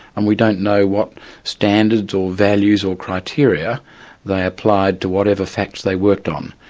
and we don't know what standards or values or criteria they applied to whatever facts they worked on.